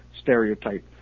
stereotype